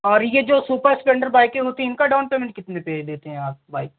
और यह जो सुपर स्प्लेंडर बाइकें होती हैं इनका डाउन पैमेंट कितने पर देते हैं आप बाइक